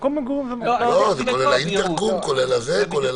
זה כולל האינטרקום וכו'.